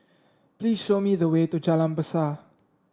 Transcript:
please show me the way to Jalan Besar